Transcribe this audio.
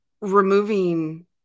removing